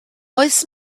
oes